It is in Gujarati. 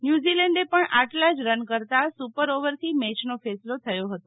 ન્યુઝીલેન્ડે પણ આટલા જ રન કરતા સુંપર ઓવરથી મેચનો ફેસલો થયો હતો